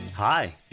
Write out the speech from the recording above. Hi